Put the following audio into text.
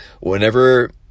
whenever